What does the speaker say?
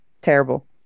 Terrible